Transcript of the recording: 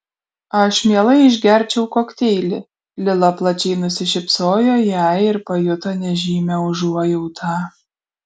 aš mielai išgerčiau kokteilį lila plačiai nusišypsojo jai ir pajuto nežymią užuojautą